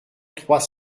trois